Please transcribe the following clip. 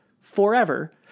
forever